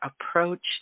approach